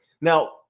Now